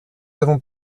avons